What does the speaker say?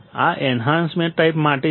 આ enhancement type માટે છે